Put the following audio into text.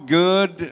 good